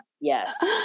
yes